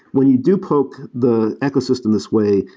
when you do poke the ecosystem this way,